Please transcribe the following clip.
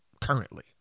currently